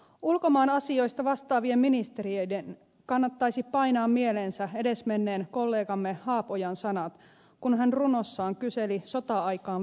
ulkomaan asioista vastaavien ministereiden kannattaisi painaa mieleensä edesmenneen kollegamme haapojan sanat kun hän runossaan kyseli sota aikaan viitaten